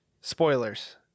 spoilers